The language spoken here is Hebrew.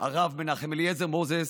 והרב מנחם אליעזר מוזס,